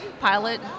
pilot